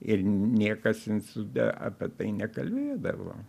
ir niekas institute apie tai nekalbėdavo